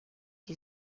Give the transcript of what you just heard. die